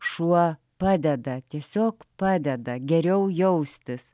šuo padeda tiesiog padeda geriau jaustis